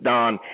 Don